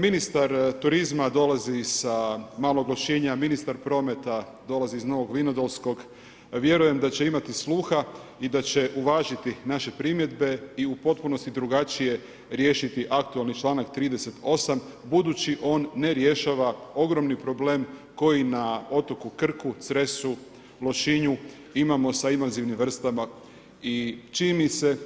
Ministar turizma dolazi sa malog Lošinja, ministar prometa dolazi iz Novog Vinodolskog, vjerujem da će imati sluha i da će uvažiti naše primjedbe i u potpunosti drugačije riješiti aktualni članak 38. budući on ne rješava ogromni problem koji na otoku Krku, Cresu, Lošinju imamo sa invazivnim vrstama i čini mi se